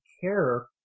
care